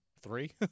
three